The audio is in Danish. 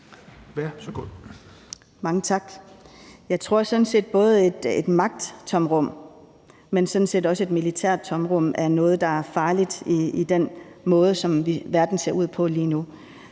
Mange tak. Jeg tror sådan set, at både et magttomrum, men sådan set også et militært tomrum er noget, der er farligt med den måde, som verden ser ud på lige nu.